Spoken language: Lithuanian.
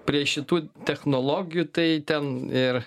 prie šitų technologijų tai ten ir